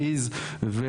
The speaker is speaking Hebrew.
השקנו,